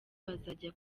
bazajya